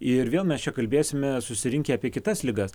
ir vėl mes čia kalbėsime susirinkę apie kitas ligas